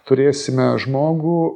turėsime žmogų